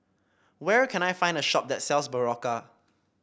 where can I find a shop that sells Berocca